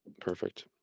Perfect